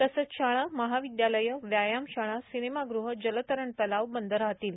तसच शाळा महाविद्यालय व्यायाम शाळा सिनेमा गृह जलतरण तलाव बंद राहतील